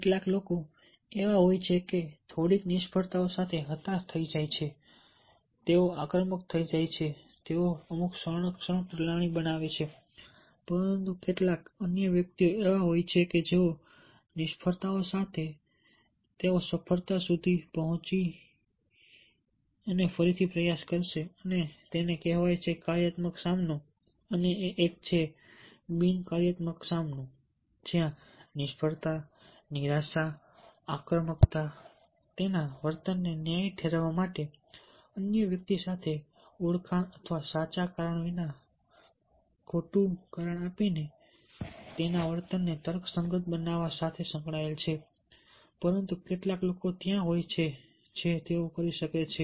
કેટલાક લોકો એવા હોય છે કે જેઓ થોડી નિષ્ફળતાઓ સાથે હતાશ થઈ જાય છે તેઓ આક્રમક થઈ જાય છે તેઓ અમુક સંરક્ષણ પ્રણાલી બતાવે છે પરંતુ કેટલાક અન્ય વ્યક્તિઓ એવા હોય છે કે જેઓ નિષ્ફળતાઓ સાથે તેઓ સફળતા સુધી પહોંચે ત્યાં સુધી ફરીથી પ્રયાસ કરશે અને તેને કહેવાય છે કાર્યાત્મક સામનો અને એક છે બિન કાર્યાત્મક સામનો જ્યાં નિષ્ફળતા નિરાશા આક્રમકતા તેના વર્તનને ન્યાયી ઠેરવવા માટે અન્ય વ્યક્તિ સાથે ઓળખાણ અથવા સાચા કારણના કિસ્સામાં ખોટું કારણ આપીને તેના વર્તનને તર્કસંગત બનાવવા સાથે સંકળાયેલ છે પરંતુ કેટલાક લોકો ત્યાં હોય છે જે તેઓ કરી શકે છે